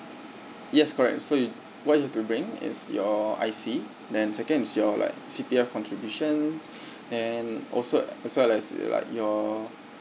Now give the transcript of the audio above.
yes correct so you what you have to bring is your I_C then second is your like C_P_F contributions and also as well as like your